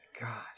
God